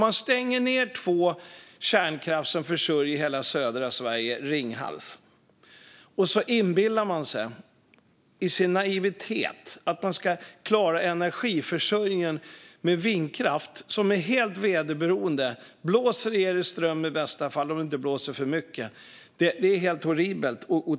Att stänga ned två kärnkraftsreaktorer i södra Sverige och i sin naivitet inbilla sig att man ska klara energiförsörjningen med vindkraft, som är helt väderberoende och ger ström om det blåser men inte för mycket, är horribelt.